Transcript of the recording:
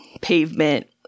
pavement